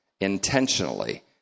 intentionally